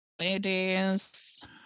Ladies